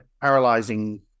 paralyzing